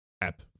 app